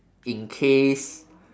in case